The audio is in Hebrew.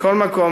מכל מקום,